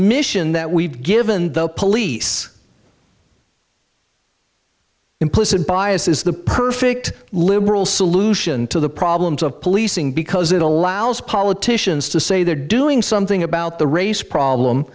mission that we've given the police implicit bias is the perfect liberal solution to the problems of policing because it allows politicians to say they're doing something about the race problem